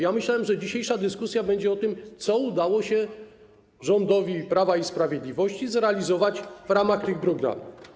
Ja myślałem, że dzisiejsza dyskusja będzie o tym, co udało się rządowi Prawa i Sprawiedliwości zrealizować w ramach tych programów.